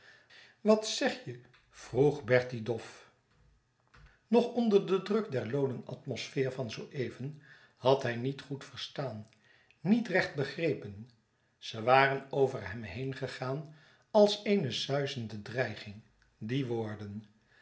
wat zeg je vroeg bertie dof nog onder den druk der looden atmosfeer van zooeven had hij niet goed verstaan niet recht begrepen ze waren over hem heen gegaan als eene suizende dreiging die woorden